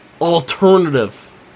alternative